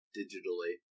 digitally